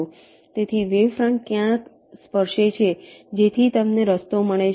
તેથી wave front ક્યાંક સ્પર્શે છેજેથી તમને રસ્તો મળે છે